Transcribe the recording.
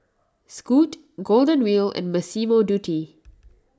Scoot Golden Wheel and Massimo Dutti